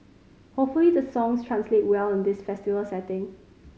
hopefully the songs translate well in this festival setting